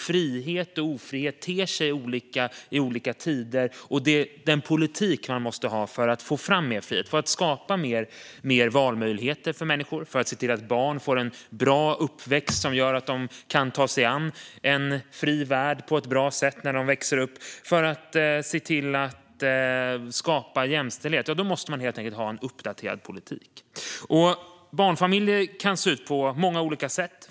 Frihet och ofrihet ter sig nämligen olika i olika tider, och för att få fram mer frihet, för att skapa fler valmöjligheter för människor, för att se till att barn får en bra uppväxt som gör att de kan ta sig an en fri värld på ett bra sätt när de växer upp och för att skapa jämställdhet måste man helt enkelt ha en uppdaterad politik. Barnfamiljer kan se ut på många olika sätt.